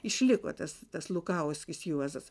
išliko tas tas lukauskis juozas